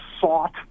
sought